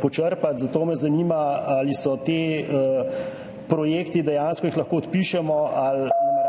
počrpati, zato me zanima, ali te projekte dejansko lahko odpišemo ali nameravate sredstva